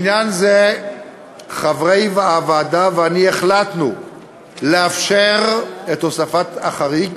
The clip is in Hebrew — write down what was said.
בעניין זה חברי הוועדה ואני החלטנו לאפשר את הוספת החריג